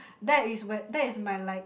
that is where that is my like